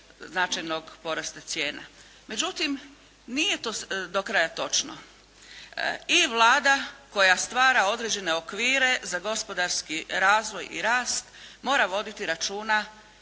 značajnog porasta cijena. Međutim nije to do kraja točno. I Vlada koja stvara određene okvire za gospodarski razvoj i rast mora voditi računa